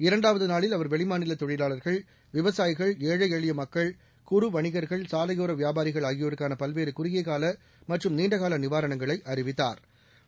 இரண்டாது நாளில் அவர் வெளிமாநில தொழிலாளர்கள் விவசாயிகள் ஏழை எளிய மக்கள் குறு வணிக்கள் சாலையோர வியாபாரிகள் ஆகியோருக்கான பல்வேறு குறுகியகால மற்றும் நீண்டகால நிவாரணங்களை அறிவித்தாா்